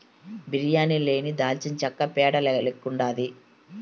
బిర్యానీ లేని దాల్చినచెక్క పేడ లెక్కుండాది